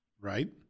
Right